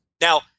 Now